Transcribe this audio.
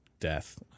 death